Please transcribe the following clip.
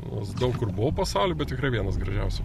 nors daug kur buvau pasauly bet tikrai vienas gražiausių